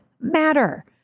matter